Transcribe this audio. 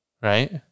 Right